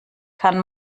kann